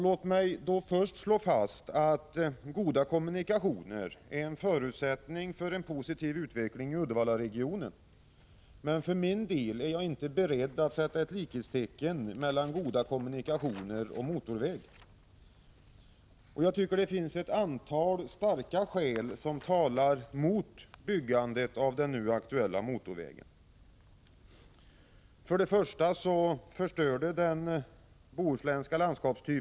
Låt mig först slå fast att goda kommunikationer är en förutsättning för en positiv utveckling av Uddevallaregionen. Men för min del är jag inte beredd att sätta likhetstecken mellan goda kommunikationer och motorväg. Det finns ett antal starka skäl som talar mot byggandet av den nu aktuella motorvägen: 1. Den förstör det bohuslänska landskapet.